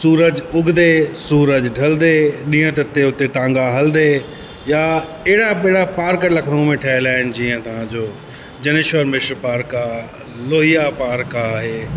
सूरज उगदे सूरज ढलंदे ॾींहुं तते उते टांगा हलंदे या अहिड़ा बेड़ा पार्क लखनऊ में ठहियल आहिनि जीअं तव्हांजो जनेश्वर मिष पार्क आहे लोहिया पार्क आहे